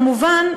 כמובן,